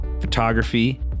photography